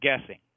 guessing